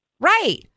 Right